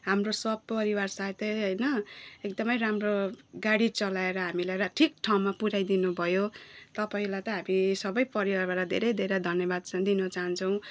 हाम्रो सपरिवार साथै होइन एकदमै राम्रो गाडी चलाएर हामीलाई र ठिक ठाउँमा पुर्याइदिनु भयो तपाईँलाई त हामी सबै परिवारबाट धेरै धेरै धन्यवाद चाहिँ दिन चाहन्छौँ